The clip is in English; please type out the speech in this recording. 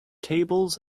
tables